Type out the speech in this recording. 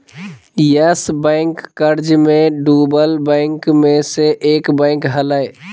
yes Bank कर्ज मे डूबल बैंक मे से एक बैंक हलय